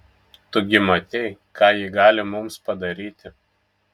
tu gi matei ką ji gali mums padaryti